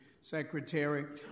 Secretary